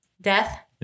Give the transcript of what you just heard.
death